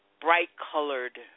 bright-colored